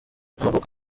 n’amavuko